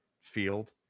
field